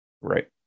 Right